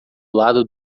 lado